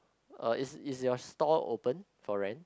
uh is is your store open for rent